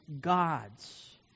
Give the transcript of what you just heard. gods